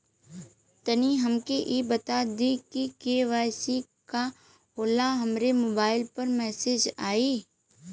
तनि हमके इ बता दीं की के.वाइ.सी का होला हमरे मोबाइल पर मैसेज आई?